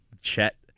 Chet